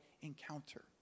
encounter